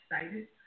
excited